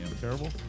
terrible